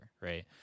right